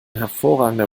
hervorragender